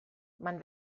man